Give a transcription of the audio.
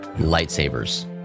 lightsabers